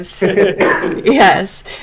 Yes